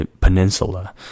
Peninsula